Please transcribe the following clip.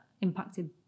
impacted